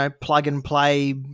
plug-and-play